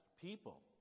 people